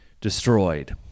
destroyed